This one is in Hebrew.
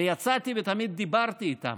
יצאתי ותמיד דיברתי איתם.